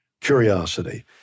curiosity